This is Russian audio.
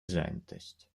занятость